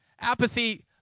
Apathy